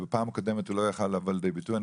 ובפעם הקודמת הוא לא יכול היה לבוא לידי ביטוי,